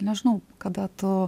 nežinau kada tu